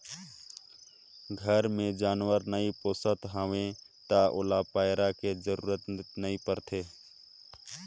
घर मे जानवर नइ पोसत हैं त ओला पैरा के घलो जरूरत नइ परे